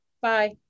Bye